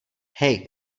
hej